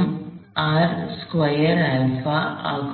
m R square alpha ஆகும்